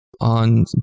on